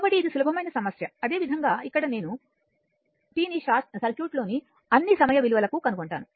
కాబట్టి ఇది సులభమైన సమస్య అదేవిధంగా ఇక్కడ నేను t ని సర్క్యూట్లోని అన్ని సమయ విలువలకుకనుగొంటాను